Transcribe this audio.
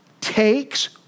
takes